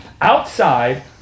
outside